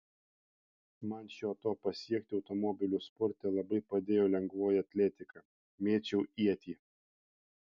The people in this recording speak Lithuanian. man šio to pasiekti automobilių sporte labai padėjo lengvoji atletika mėčiau ietį